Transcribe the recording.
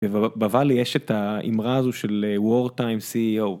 בבר- ב- valley, יש את ה...אמרה הזו של אה... wartime CEO.